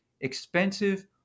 expensive